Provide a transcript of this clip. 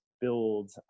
build